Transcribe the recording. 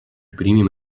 примем